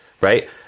Right